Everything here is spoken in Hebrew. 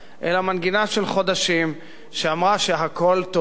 אלא מנגינה של חודשים שאמרה שהכול טוב,